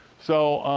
so,